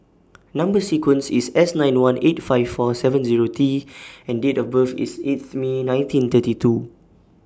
Number sequence IS S nine one eight five four seven Zero T and Date of birth IS eighth May nineteen thirty two